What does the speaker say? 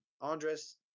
Andres